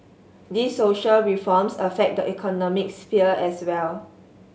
these social reforms affect the economic sphere as well